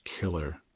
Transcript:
killer